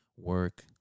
work